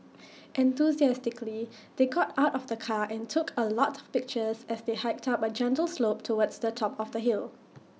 enthusiastically they got out of the car and took A lot of pictures as they hiked up A gentle slope towards the top of the hill